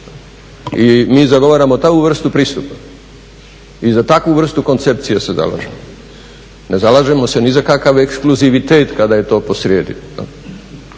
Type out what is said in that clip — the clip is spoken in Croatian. I mi zagovaramo takvu vrstu pristupa i za takvu vrstu koncepcije se zalažemo. Ne zalažemo se ni za kakav ekskluzivitet kada je to posrijedi.